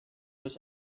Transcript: was